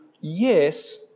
yes